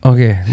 Okay